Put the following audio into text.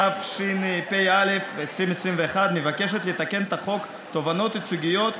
התשפ"א 2021, מבקשת לתקן את חוק תובענות ייצוגיות,